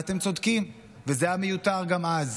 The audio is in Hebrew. יכול להיות, אני לא נכנס לסוגיה.